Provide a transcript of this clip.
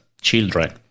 children